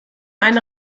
eine